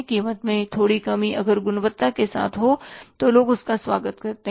कीमत में थोड़ी कमी अगर गुणवत्ता के साथ हो तो लोग उसका स्वागत करते है